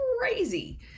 crazy